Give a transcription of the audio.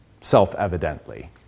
self-evidently